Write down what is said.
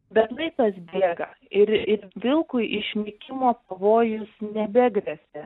bet laikas bėga ir ir vilkui išnykimo pavojus nebegresia